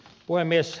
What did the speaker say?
puhemies